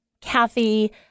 Kathy